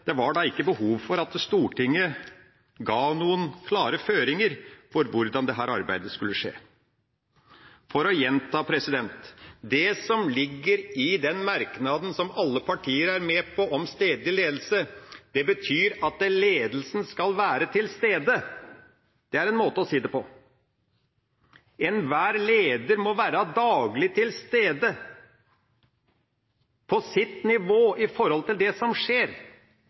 det ikke er behov for at Stortinget gir noen klare føringer for hvordan dette arbeidet skal skje. For å gjenta: Det som ligger i den merknaden som alle partier er med på om stedlig ledelse, betyr at ledelsen skal være til stede. Det er en måte å si det på. Enhver leder må være daglig til stede på sitt nivå i forhold til det som skjer.